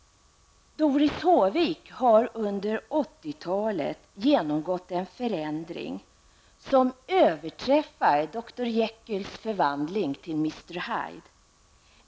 Doris Håvik har under 80-talet genomgått en förändring som överträffar Dr Jekylls förvandling till Mr Hyde.